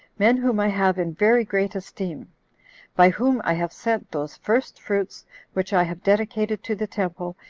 men whom i have in very great esteem by whom i have sent those first-fruits which i have dedicated to the temple,